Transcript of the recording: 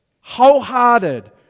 wholehearted